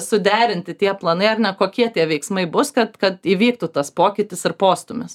suderinti tie planai ar ne kokie tie veiksmai bus kad kad įvyktų tas pokytis ir postūmis